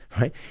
right